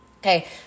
Okay